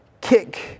kick